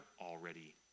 already